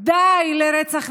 די לרצח נשים.